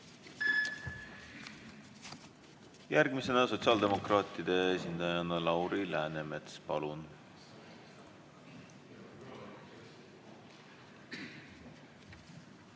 Järgmisena sotsiaaldemokraatide esindajana Lauri Läänemets. Palun!